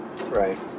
Right